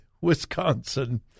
Wisconsin